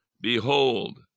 Behold